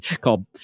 called